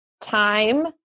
time